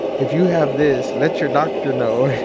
if you have this, let your doctor know.